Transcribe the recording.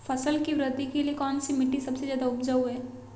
फसल की वृद्धि के लिए कौनसी मिट्टी सबसे ज्यादा उपजाऊ है?